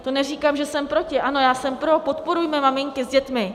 To neříkám, že jsem proti ano, já jsem pro, podporujme maminky s dětmi.